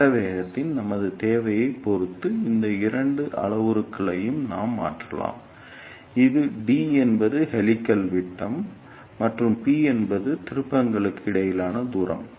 கட்ட வேகத்தின் நமது தேவையைப் பொறுத்து இந்த இரண்டு அளவுருக்களையும் நாம் மாற்றலாம் இது d என்பது ஹெலிக்ஸ் விட்டம் மற்றும் p என்பது திருப்பங்களுக்கு இடையிலான தூரம்